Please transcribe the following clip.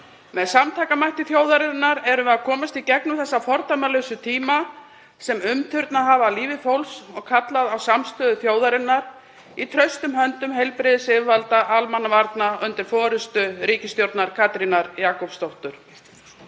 Með samtakamætti þjóðarinnar erum við að komast í gegnum þessa fordæmalausu tíma sem umturnað hafa lífi fólks og kallað á samstöðu þjóðarinnar í traustum höndum heilbrigðisyfirvalda og almannavarna undir forystu ríkisstjórnar Katrínar Jakobsdóttur,